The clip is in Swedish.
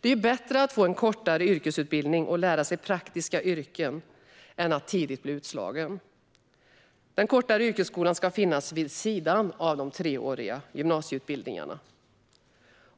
Det är bättre att få en kortare yrkesutbildning och lära sig ett praktiskt yrke än att tidigt bli utslagen. Den kortare yrkesskolan ska finnas vid sidan av de treåriga gymnasieutbildningarna